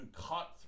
cut